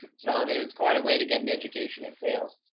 so they was quite a way to get an education in sales.